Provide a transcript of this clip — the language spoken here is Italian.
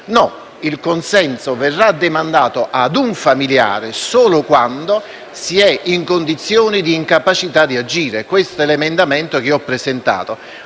no, il consenso verrà demandato a un familiare solo quando si è in condizioni di incapacità di agire, questo è il senso dell'emendamento che ho presentato.